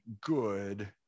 good